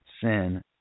sin